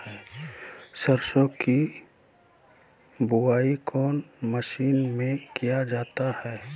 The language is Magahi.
सरसो की बोआई कौन महीने में किया जाता है?